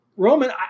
Roman